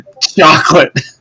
chocolate